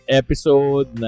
episode